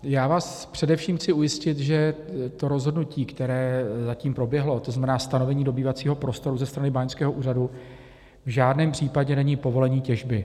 Já vás především chci ujistit, že to rozhodnutí, které zatím proběhlo, tzn. stanovení dobývacího prostoru ze strany báňského úřadu, v žádném případě není povolení těžby.